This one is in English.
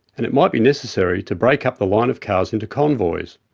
and it might be necessary to break up the line of cars into convoys.